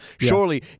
surely